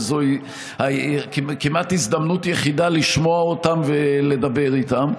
וזו כמעט הזדמנות יחידה לשמוע אותם ולדבר איתם.